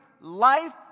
life